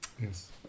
Yes